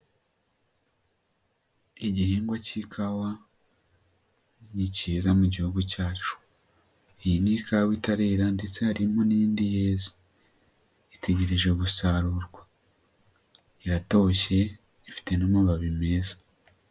Igihingwa cy'ikawa, ni kiza mu gihugu cyacu. Iyi ni ikawa itarera ndetse harimo n'iindi yeze, itegereje gusarurwa. Iratoshye ifite n'amababi meza.